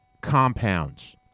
compounds